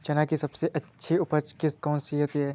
चना की सबसे अच्छी उपज किश्त कौन सी होती है?